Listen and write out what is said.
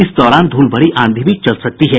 इस दौरान धूल भरी आंधी भी चल सकती है